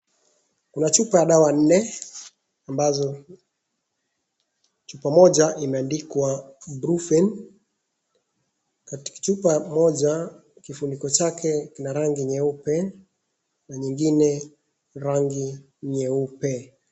Kuna chupa ya dawa nne ambazo chupa moja imeandikwa Brufen . Chupa moja kifuniko chake kina rangi nyeupe na nyingine rangi nyeupe.